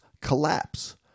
collapse